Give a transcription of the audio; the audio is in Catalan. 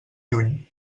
lluny